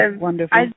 wonderful